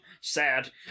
sad